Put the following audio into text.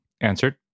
answered